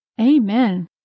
Amen